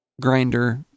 grinder